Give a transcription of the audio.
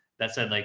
that said, like,